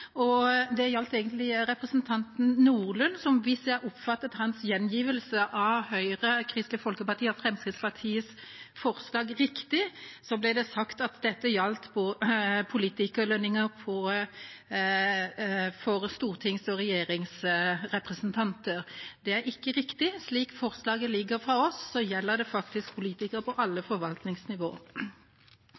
Det gjaldt representanten Nordlund, som – hvis jeg oppfattet hans gjengivelse av forslaget fra Høyre, Kristelig Folkeparti og Fremskrittspartiet riktig – sa at dette gjaldt politikerlønninger for stortings- og regjeringsrepresentanter. Det er ikke riktig. Slik forslaget ligger fra oss, gjelder det for politikere på alle forvaltningsnivå.